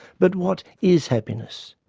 but what is happiness?